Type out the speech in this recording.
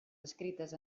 escrites